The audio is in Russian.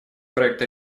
проекта